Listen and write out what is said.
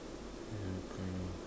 yeah kind of